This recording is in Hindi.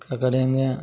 क्या करेंगे